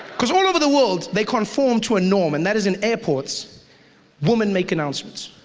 because all over the world they conform to a norm and that is in airports women make announcements.